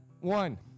one